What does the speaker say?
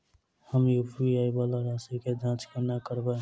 हम यु.पी.आई वला राशि केँ जाँच कोना करबै?